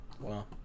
Wow